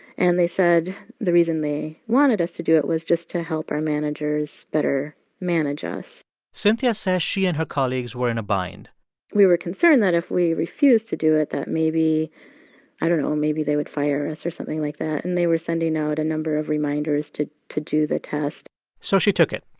and they said the reason they wanted us to do it was just to help our managers better manage us cynthia says she and her colleagues were in a bind we were concerned that if we refused to do it, that maybe i don't know. maybe they would fire us or something like that. and they were sending out a number of reminders to to do the test so she took it.